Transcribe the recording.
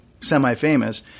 semi-famous